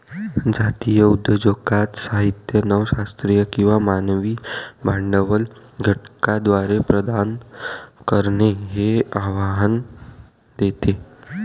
जातीय उद्योजकता साहित्य नव शास्त्रीय किंवा मानवी भांडवल घटकांद्वारे प्रदान करणे हे आव्हान देते